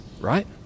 right